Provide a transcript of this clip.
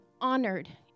honored